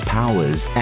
powers